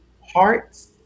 Hearts